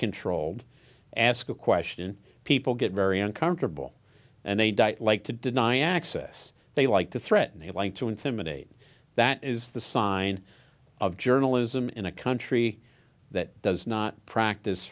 controlled ask a question people get very uncomfortable and they die it like to deny access they like to threaten a line to intimidate that is the sign of journalism in a country that does not practice